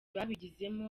babigizemo